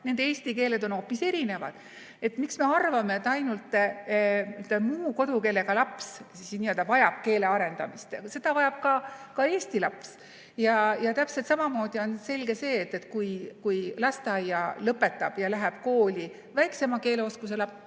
nende eesti keel on hoopis erinev. Miks me arvame, et ainult muu kodukeelega laps vajab keele arendamist? Seda vajab ka eesti laps. Ja täpselt samamoodi on selge see, et kui lasteaia lõpetab ja läheb kooli väiksema eesti keele oskusega laps,